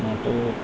માટે